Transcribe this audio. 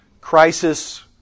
Crisis